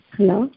Hello